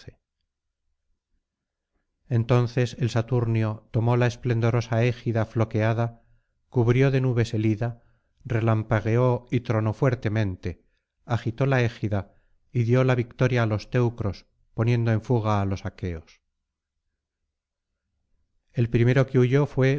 entonces el saturnio tomó la esplendorosa égida floqueada cubrió de nubes el ida relampagueó y tronó fuertemente agitó la égida y dio la victoria á los teucros poniendo en fuga á los acheos el primero que huyó